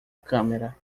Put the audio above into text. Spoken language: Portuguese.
câmera